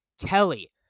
Kelly